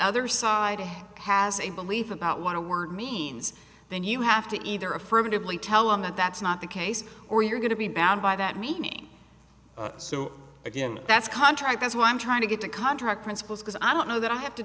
other side has a belief about want to word means then you have to either affirmatively tell them that that's not the case or you're going to be bound by that me so again that's contract that's what i'm trying to get a contract principle because i don't know that i have to